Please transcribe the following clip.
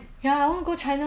我要吃地道的